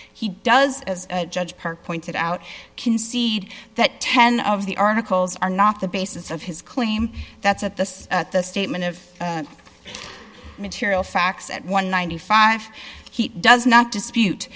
he does as a judge per pointed out concede that ten of the articles are not the basis of his claim that's at the at the statement of material facts at one hundred and ninety five he does not dispute